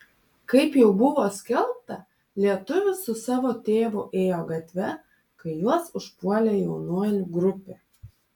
kaip jau buvo skelbta lietuvis su savo tėvu ėjo gatve kai juos užpuolė jaunuolių grupė